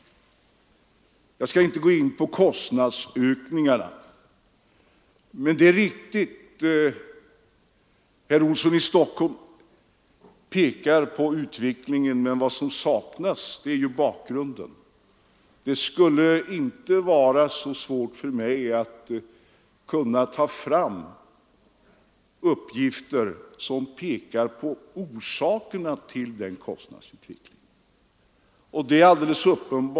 Jag skall inte gå in på kostnadsökningarna. Herr Olsson i Stockholm pekar på utvecklingen, men vad som saknas är bakgrunden. Det skulle inte vara så svårt för mig att ta fram uppgifter som pekar på orsakerna till kostnadsutvecklingen.